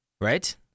right